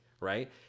right